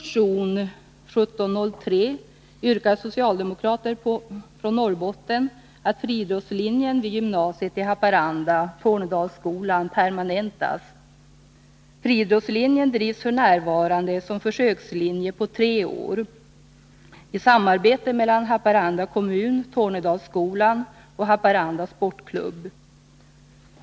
22 april 1981 Friidrottslinjen drivs f. n. som försökslinje på tre år i samarbete mellan Haparanda kommun, Tornedalsskolan samt Haparanda sportklubb.